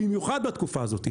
במיוחד בתקופה הזאת,